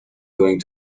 going